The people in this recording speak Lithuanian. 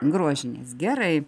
grožinės gerai